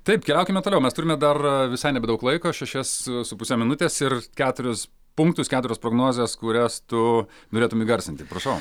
taip keliaukime toliau mes turime dar visai nebedaug laiko šešias su puse minutės ir keturis punktus keturias prognozes kurias tu norėtum įgarsinti prašau